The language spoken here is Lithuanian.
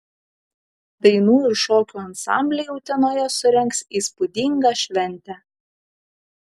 dainų ir šokių ansambliai utenoje surengs įspūdingą šventę